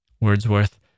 Wordsworth